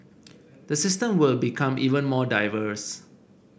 the system will become even more diverse